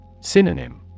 Synonym